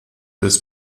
des